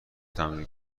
تمرین